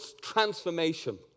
transformation